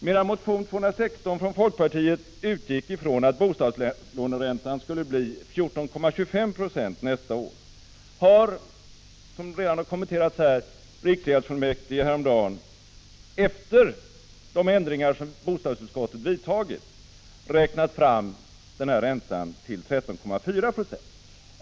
Medan motion 216 från folkpartiet utgick från att bostadslåneräntan skulle bli 14,25 96 nästa år har, som redan kommenterats här, riksgäldsfullmäktige häromdagen, efter de ändringar som bostadsutskottet vidtagit, räknat fram denna ränta till 13,4 90.